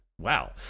Wow